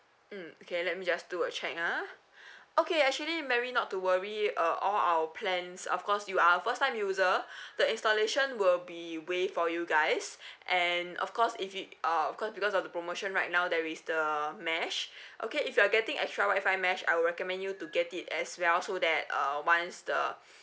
mm okay let me just do a check ah okay actually mary not to worry uh all our plans of course you are our first time user the installation will be waived for you guys and of course if it uh of course because of the promotion right now there is the mesh okay if you're getting extra wifi mesh I will recommend you to get it as well so that uh once the